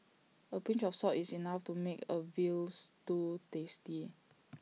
A pinch of salt is enough to make A Veal Stew tasty